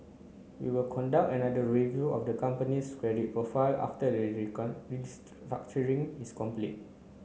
we will conduct another review of the company's credit profile after the restructuring is complete